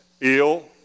ill